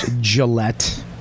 Gillette